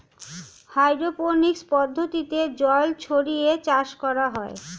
hydroponics পদ্ধতিতে জল ছড়িয়ে চাষ করা হয়